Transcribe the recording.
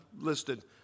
listed